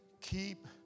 keep